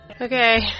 Okay